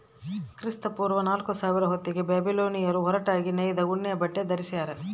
ಕ್ರಿಸ್ತಪೂರ್ವ ನಾಲ್ಕುಸಾವಿರ ಹೊತ್ತಿಗೆ ಬ್ಯಾಬಿಲೋನಿಯನ್ನರು ಹೊರಟಾಗಿ ನೇಯ್ದ ಉಣ್ಣೆಬಟ್ಟೆ ಧರಿಸ್ಯಾರ